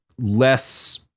less